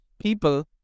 people